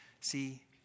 See